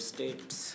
States